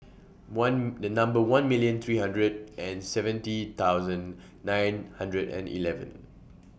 one The Number one million three hundred and seventy thousand nine hundred and eleven